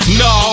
no